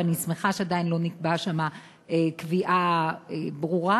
ואני שמחה שעדיין לא נקבעה שם קביעה ברורה,